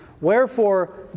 wherefore